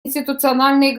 институциональные